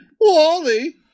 Wally